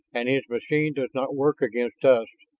and his machine does not work against us.